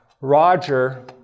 Roger